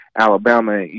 Alabama